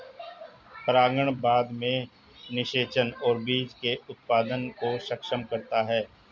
परागण बाद में निषेचन और बीज के उत्पादन को सक्षम करता है